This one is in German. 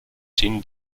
jin